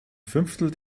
fünftel